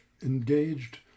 engaged